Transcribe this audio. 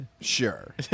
Sure